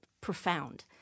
profound